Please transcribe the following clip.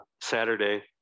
Saturday